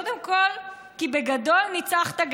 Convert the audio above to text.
קודם כול כי בגדול ניצחת,